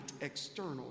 external